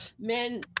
men